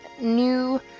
New